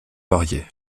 varié